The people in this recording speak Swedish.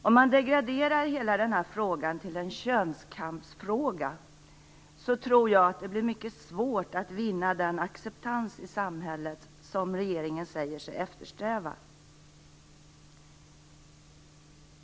Om man degraderar hela frågan till en könskampsfråga tror jag att det blir mycket svårt att vinna den acceptans i samhället som regeringen säger sig eftersträva.